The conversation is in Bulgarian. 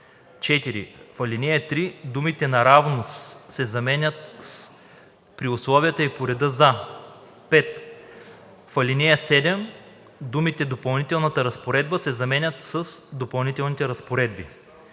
4. В ал. 3 думите „наравно с“ се заменят с „при условията и по реда за“. 5. В ал. 7 думите „допълнителната разпоредба“ се заменят с „допълнителните разпоредби“.“